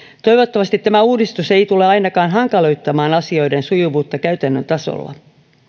toivottavasti tämä uudistus ei tule ainakaan hankaloittamaan asioiden sujuvuutta käytännön tasolla